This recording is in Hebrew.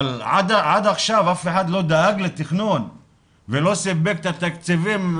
אבל עד עכשיו אף אחד לא דאג לתכנון ולא סיפק את התקציבים.